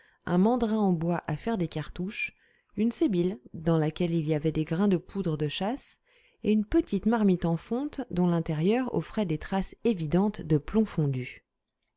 un mandrin en bois à faire des cartouches une sébile dans laquelle il y avait des grains de poudre de chasse et une petite marmite en fonte dont l'intérieur offrait des traces évidentes de plomb fondu